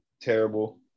Terrible